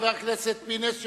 חבר הכנסת פינס,